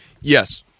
Yes